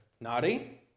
naughty